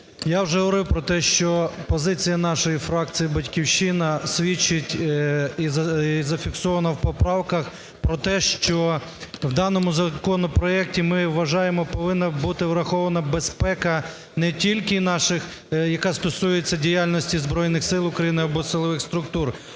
Я вже говорив про те, що позиція нашої фракції "Батьківщина" свідчить і зафіксована в поправках про те, що в даному законопроекті, ми вважаємо, повинна бути врахована безпека не тільки наших, яка стосується діяльності Збройних Сил України або силових структур,